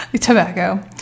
Tobacco